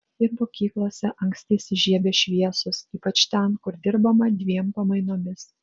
ir mokyklose anksti įsižiebia šviesos ypač ten kur dirbama dviem pamainomis